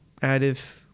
additive